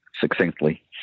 succinctly